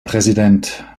präsident